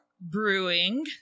brewing